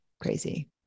crazy